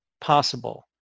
possible